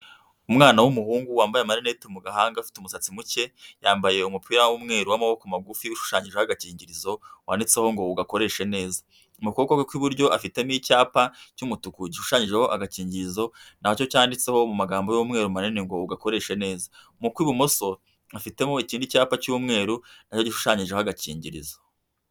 Umwana w'umuhungu wambaye amarineti mu gahanga afite umusatsi muke, yambaye umupira w'umweru w'amaboko magufi ushushanyijeho agakingirizo wanditseho ngo ugakoreshe neza. Mu kuboko kwe kw'iburyo afite icyapa cy'umutuku gishushanyijeho agakingirizo nacyo cyanditseho mu magambo y'umweru manini ngo ugakoreshe neza. Mu kw'ibumoso afitemo ikindi cyapa cy'umweru nacyo gishushanyijeho agakingirizo.